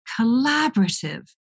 collaborative